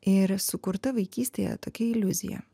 ir sukurta vaikystėje tokia iliuzija